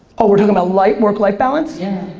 oh, we're talking about like work-life balance? yeah.